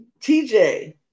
TJ